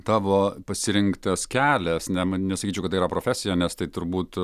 tavo pasirinktas kelias ne nesakyčiau kad tai yra profesija nes tai turbūt